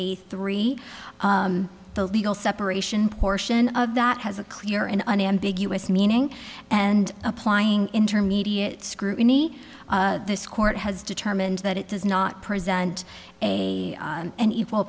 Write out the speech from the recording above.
eighty three the legal separation portion of that has a clear and unambiguous meaning and applying intermediate scrutiny this court has determined that it does not present an equal